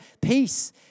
peace